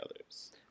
others